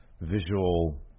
visual